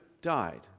died